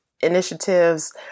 initiatives